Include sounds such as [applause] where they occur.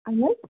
[unintelligible]